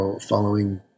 following